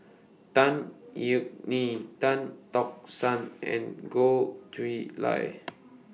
Tan Yeok Nee Tan Tock San and Goh Chiew Lye